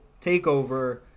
takeover